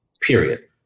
period